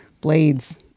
blades